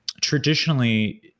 traditionally